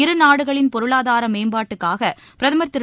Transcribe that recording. இரு நாடுகளின் பொருளாதார மேம்பாட்டுக்காக பிரதமர் திரு